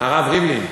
הרב ריבלין,